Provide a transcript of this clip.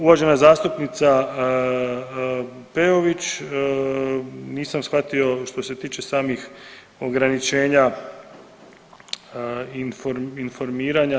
Uvažena zastupnica Peović, nisam shvatio što se tiče samih ograničenja informiranja.